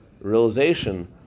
realization